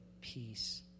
peace